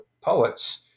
poet's